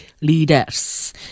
leaders